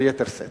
ביתר שאת.